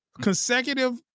consecutive